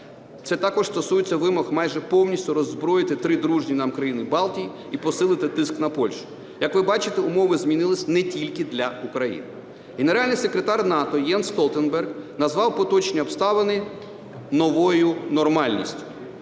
Це також стосується вимог майже повністю роззброїти три дружні нам країни Балтії і посилити тиск на Польщу. Як ви бачите, умови змінилися не тільки для України. Генеральний секретар НАТО Єнс Столтенберг назвав поточні обставини новою нормальністю.